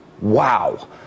Wow